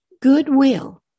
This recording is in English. Goodwill